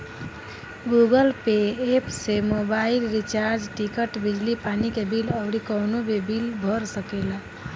Google Pay app से mobile recharge, ticket, बिजली पानी के बिल अउरी कवनो भी बिल भर सकेला